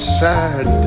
sad